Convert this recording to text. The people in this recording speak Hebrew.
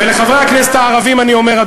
ולחברי הכנסת הערבים אני אומר,